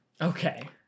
Okay